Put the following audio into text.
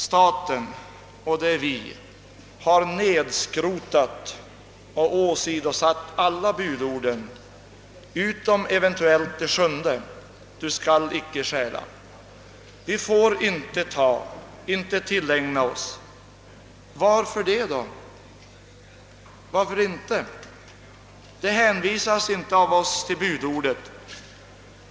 Staten — det är vi — har nedskrotat och åsidosatt alla budorden utan möjligen det sjunde: »Du skall icke stjäla.» Vi får inte ta, inte tillägna oss — varför? Vi hänvisar inte till budordet.